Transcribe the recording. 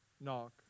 Knock